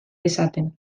dezaten